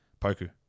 Poku